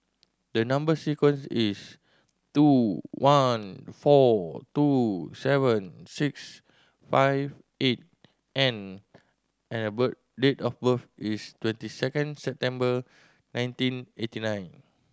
the number sequence is Two one four two seven six five eight N and date of birth is twenty second September nineteen eighteen nine